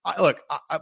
look